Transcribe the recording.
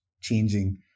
changing